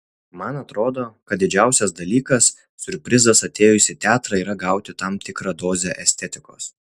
man atrodo kad didžiausias dalykas siurprizas atėjus į teatrą yra gauti tam tikrą dozę estetikos